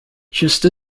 just